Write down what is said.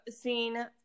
seen